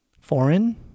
foreign